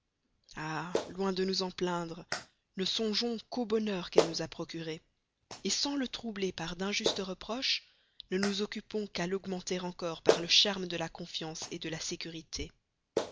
loin de nous en plaindre ne songeons qu'au bonheur qu'elle nous a procuré sans le troubler par d'injustes reproches ne nous occupons qu'à l'augmenter encore par le charme de la confiance de la sécurité